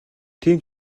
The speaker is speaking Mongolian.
тийм